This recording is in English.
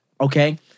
Okay